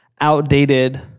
outdated